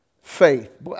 faith